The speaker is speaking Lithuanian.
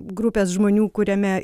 grupės žmonių kuriame